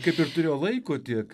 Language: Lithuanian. kaip ir turėjo laiko tiek